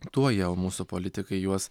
tuoja o mūsų politikai juos